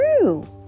true